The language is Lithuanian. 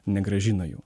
negrąžina jų